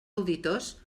auditors